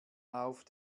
auf